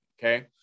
okay